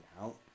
out